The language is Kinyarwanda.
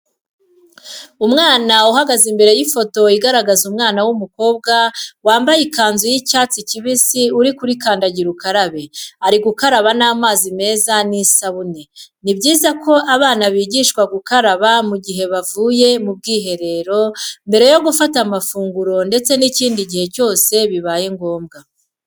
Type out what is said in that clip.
Umwana uhagaze imbere y'ifoto igaragaza umwana w'umukobwa wamabaye ikanzu y'icyatsi kibisi uri kuri kandagirukarabe, ari gukaraba n'amazi meza n'isabune. Ni byiza ko abana bigishwa gukaraba mu gihe bavuye mu bwiherero, mbere yo gufata amafunguro ndetse n'ikindi gihe cyose bibaye ngombwa.